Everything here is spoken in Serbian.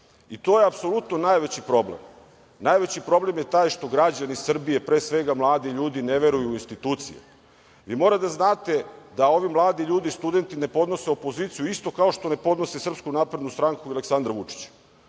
i to je apsolutno najveći problem, najveći problem je taj što građani Srbije pre svega mladi ljudi ne veruju u institucije. Vi morate da znate da ovi mladi ljudi ne podnose opoziciju, kao što ne podnose SNS i Aleksandra Vučića.